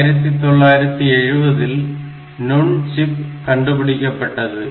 1970 இல் நுண்சிப் கண்டுபிடிக்கப்பட்டது